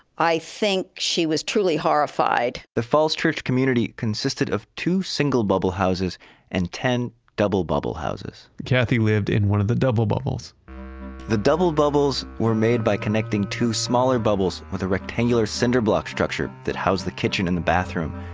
i think she was truly horrified the falls church community consisted of two single bubble houses and ten double bubble houses kathy lived in one of the double bubbles the double bubbles were made by connecting two smaller bubbles with a rectangular center block structure that housed the kitchen and the bathroom.